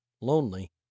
lonely